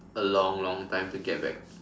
a long long time to get back